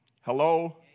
Hello